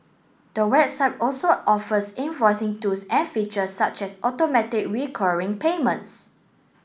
the website also offers invoicing tools and features such as automatic recurring payments